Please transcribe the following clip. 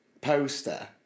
poster